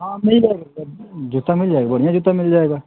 हाँ मिल जाएगा जूता जूता मिल जाएगा बढ़ियाँ जूता मिल जाएगा